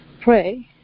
pray